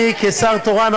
אני כשר תורן,